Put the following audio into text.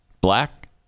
Black